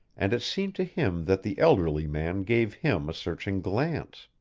and it seemed to him that the elderly man gave him a searching glance.